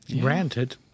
Granted